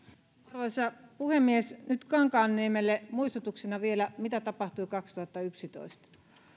arvoisa puhemies nyt kankaanniemelle muistutuksena vielä mitä tapahtui kaksituhattayksitoista